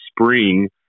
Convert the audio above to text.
spring